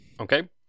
Okay